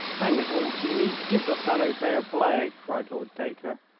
hang it all, jinny, give the fellow fair play, cried lord dacre.